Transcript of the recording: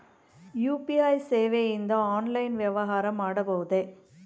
UPI ಸೇವೆಯಿಂದ online ವ್ಯವಹಾರ ಮಾಡಬಹುದೇ?